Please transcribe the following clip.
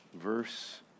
verse